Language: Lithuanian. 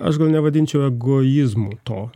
aš nevadinčiau egoizmu to